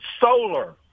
solar